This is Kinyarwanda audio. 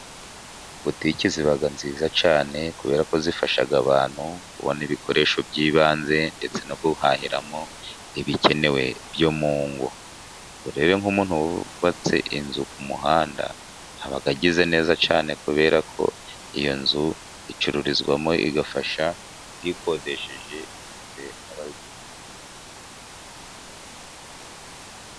Butike ziba nziza cyane kubera ko zifasha abantu kubona ibikoresho by'ibanze ndetse no guhahiramo ibikenewe byo mu ngo. Urebe nk'umuntu wubatse inzu ku muhanda aba agize neza cyane kubera ko iyo nzu icururizwamo igafasha uyikodesheje ndetse nabayikoreramo.